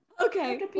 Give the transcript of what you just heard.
okay